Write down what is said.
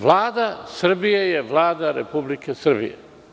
Vlada Srbije je Vlada Republike Srbije.